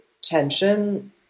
tension